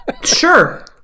Sure